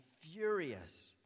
furious